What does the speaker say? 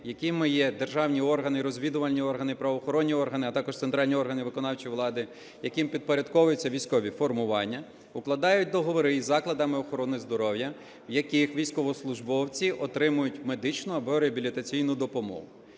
якими є державні органи, розвідувальні органи, правоохоронні органи, а також центральні органи виконавчої влади, яким підпорядковуються військові формування, укладають договори із закладами охорони здоров'я, в яких військовослужбовці отримують медичну або реабілітаційну допомогу.